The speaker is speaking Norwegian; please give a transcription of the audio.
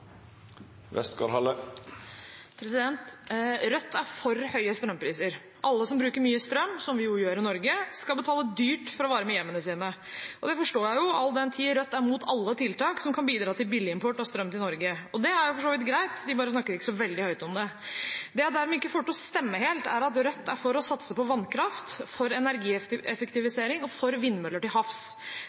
Rødt er for høye strømpriser. Alle som bruker mye strøm, som vi jo gjør i Norge, skal betale dyrt for å varme opp hjemmene sine. Det forstår jeg, all den tid Rødt er imot alle tiltak som kan bidra til billigimport av strøm til Norge. Det er for så vidt greit, de snakker bare ikke så veldig høyt om det. Det jeg derimot ikke får til å stemme helt, er at Rødt er for å satse på vannkraft for energieffektivisering og for vindmøller til havs.